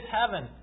heaven